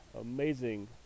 amazing